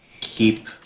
keep